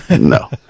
no